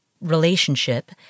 relationship